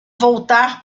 voltar